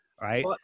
Right